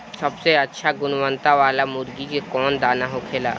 सबसे अच्छा गुणवत्ता वाला मुर्गी के कौन दाना होखेला?